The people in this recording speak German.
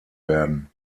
werden